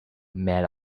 made